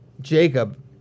Jacob